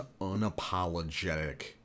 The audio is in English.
unapologetic